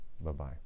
Bye-bye